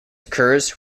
occurs